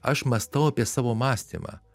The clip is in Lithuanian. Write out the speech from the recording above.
aš mąstau apie savo mąstymą